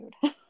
food